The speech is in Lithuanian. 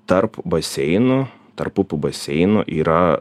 tarp baseinų tarp upių baseinų yra